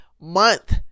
month